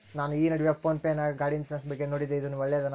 ನಾನು ಈ ನಡುವೆ ಫೋನ್ ಪೇ ನಾಗ ಗಾಡಿ ಇನ್ಸುರೆನ್ಸ್ ಬಗ್ಗೆ ನೋಡಿದ್ದೇ ಇದು ಒಳ್ಳೇದೇನಾ?